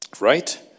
Right